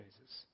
Jesus